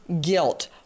guilt